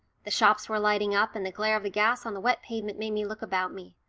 the shops were lighting up, and the glare of the gas on the wet pavement made me look about me.